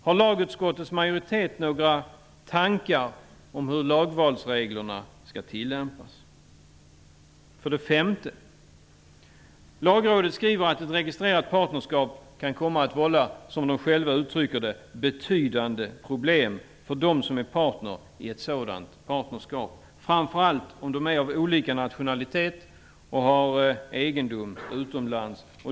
Har lagutskottets majoritet några tankar om hur lagvalsreglerna skall tillämpas? För det femte skriver Lagrådet att ett registrerat partnerskap kan komma att vålla -- som man själv utrycker det -- ''betydande problem'' för dem som är partner i ett sådant partnerskap, framför allt om de är av olika nationalitet och har egendom utomlands.